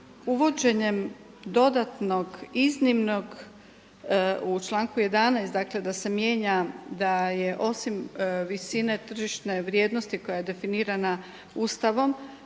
uvođenjem dodatnog iznimnog u članku 11. dakle da se mijenja da je osim visine tržišne vrijednosti koja je definirana Ustavom,